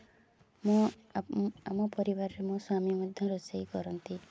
ଆମ ପରିବାରରେ ମୋ ସ୍ୱାମୀ ମଧ୍ୟ ରୋଷେଇ କରନ୍ତି